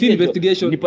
Investigation